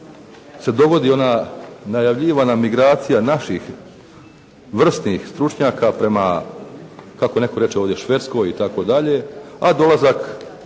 se dogodi ona najavljivana migracija naših vrsnih stručnjaka prema kako netko reče ovdje, Švedskoj itd., a dolazak